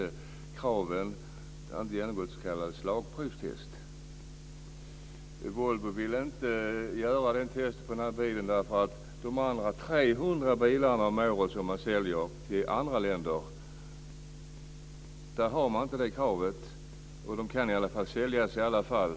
Den hade inte genomgått s.k. slagprovstest. Volvo ville inte göra något test på bilen. På de andra 300 bilar man säljer varje år till andra länder ställer man inte det kravet. De kan säljas i alla fall.